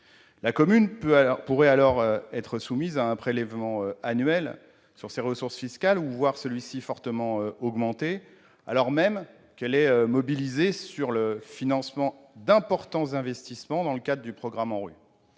SRU. Elle pourrait alors être soumise à un prélèvement annuel sur ses ressources fiscales, ou voir celui-ci fortement augmenter, alors même qu'elle est mobilisée pour le financement d'importants investissements dans le cadre du programme ANRU.